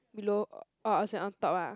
below (oh uh) sorry as in on top ah